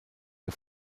der